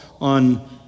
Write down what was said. on